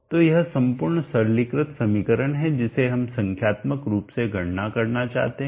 तो यह संपूर्ण सरलीकृत समीकरण है जिसे हम संख्यात्मक रूप से गणना करना चाहते हैं